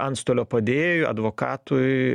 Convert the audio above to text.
antstolio padėjėjui advokatui